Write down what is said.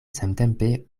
samtempe